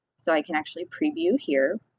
so i can actually preview here.